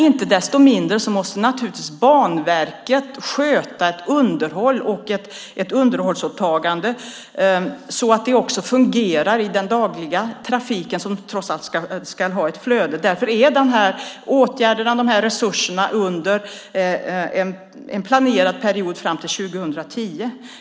Inte desto mindre måste naturligtvis Banverket sköta sitt underhållsåtagande så att det också fungerar i den dagliga trafiken som trots allt ska ha ett flöde. Därför är de här åtgärderna och resurserna planerade under en period fram till 2010.